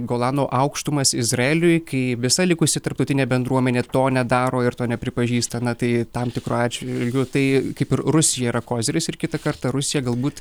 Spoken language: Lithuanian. golano aukštumas izraeliui kai visa likusi tarptautinė bendruomenė to nedaro ir to nepripažįsta na tai tam tikru atžvilgiu tai kaip ir rusija yra koziris ir kitą kartą rusija galbūt